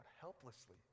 helplessly